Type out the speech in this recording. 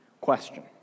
question